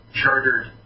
chartered